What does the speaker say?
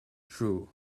true